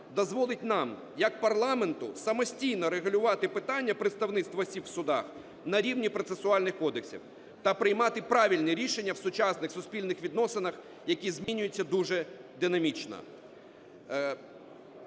дозволить нам як парламенту самостійно регулювати питання представництва осіб в судах на рівні процесуальних кодексів та приймати правильні рішення в сучасних суспільних відносинах, які змінюються дуже динамічно.